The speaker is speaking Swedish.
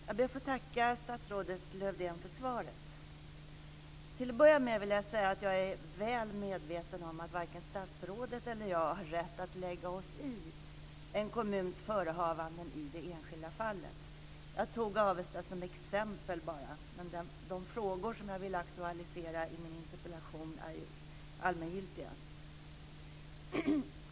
Fru talman! Jag ber att få tacka statsrådet Lövdén för svaret. Till att börja med vill jag för det första säga att jag är väl medveten som att varken statsrådet eller jag har rätt att lägga oss i en kommuns förehavanden i det enskilda fallet. Jag tog Avesta bara som ett exempel. De frågor som jag vill aktualisera i min interpellation är allmängiltiga.